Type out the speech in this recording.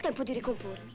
and political group